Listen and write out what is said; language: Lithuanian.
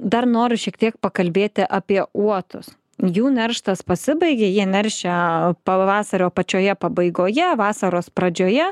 dar noriu šiek tiek pakalbėti apie uotus jų nerštas pasibaigė jie naršia pavasario pačioje pabaigoje vasaros pradžioje